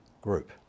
group